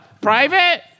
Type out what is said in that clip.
Private